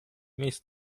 miejsc